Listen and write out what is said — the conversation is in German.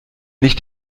nicht